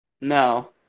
No